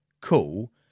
cool